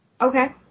Okay